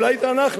אולי זה אנחנו.